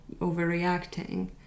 overreacting